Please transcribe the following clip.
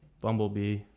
Bumblebee